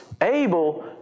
able